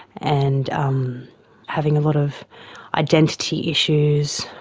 and um having a lot of identity issues.